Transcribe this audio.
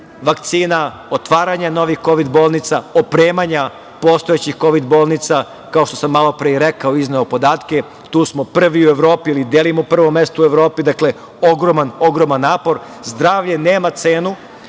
vakcina, otvaranje novih kovid bolnica, opremanja postojećih kovid bolnica, kao što sam malo pre i rekao, izneo podatke, tu smo prvi u Evropi ili delimo prvo mesto u Evropi, dakle ogroman napor. Zdravlje nema cenu